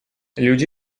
люди